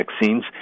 vaccines